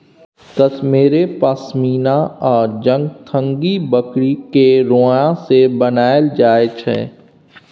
कश्मेरे पश्मिना आ चंगथंगी बकरी केर रोइयाँ सँ बनाएल जाइ छै